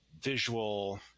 visual